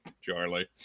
Charlie